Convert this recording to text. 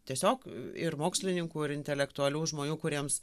tiesiog ir mokslininkų ir intelektualių žmonių kuriems